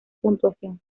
puntuación